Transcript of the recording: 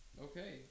Okay